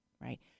right